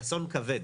זה אסון כבד